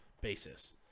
basis